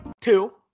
two